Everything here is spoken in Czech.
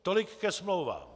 Tolik ke smlouvám.